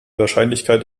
wahrscheinlichkeit